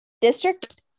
District